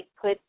put